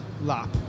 lap